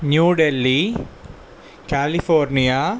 New Delhi California